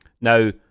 Now